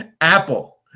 Apple